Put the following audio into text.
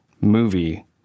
movie